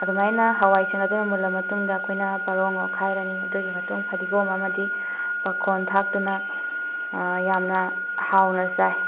ꯑꯗꯨꯃꯥꯏꯅ ꯍꯋꯥꯏꯁꯤꯡ ꯑꯗꯨ ꯃꯨꯜꯂꯕ ꯃꯇꯨꯡꯗ ꯑꯩꯈꯣꯏꯅ ꯄꯥꯔꯣꯡꯅ ꯑꯣꯠꯈꯥꯏꯔꯅꯤ ꯑꯗꯨꯒꯤ ꯃꯇꯨꯡ ꯐꯗꯤꯒꯣꯝ ꯑꯃꯗꯤ ꯄꯥꯈꯣꯟ ꯊꯥꯛꯇꯨꯅ ꯌꯥꯝꯅ ꯍꯥꯎꯅ ꯆꯥꯏ